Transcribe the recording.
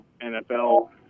NFL